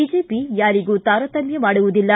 BJP ಯಾರಿಗೂ ತಾರತಮ್ಮ ಮಾಡುವುದಿಲ್ಲ